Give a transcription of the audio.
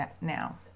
now